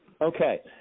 Okay